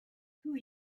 who